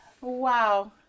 wow